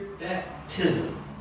baptism